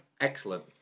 Excellent